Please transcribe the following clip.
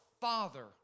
father